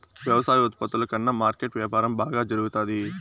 వ్యవసాయ ఉత్పత్తుల కన్నా మార్కెట్ వ్యాపారం బాగా జరుగుతాది